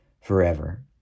forever